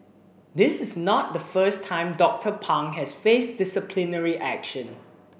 this is not the first time Doctor Pang has faced disciplinary action